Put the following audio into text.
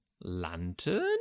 Lantern